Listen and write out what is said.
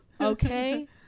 okay